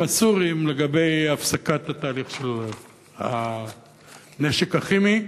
הסורים לגבי הפסקת התהליך של הנשק הכימי.